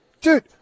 Dude